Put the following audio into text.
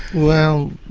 well,